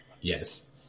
Yes